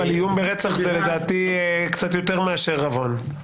אבל איום ברצח זה לדעתי קצת יותר מאשר עוון.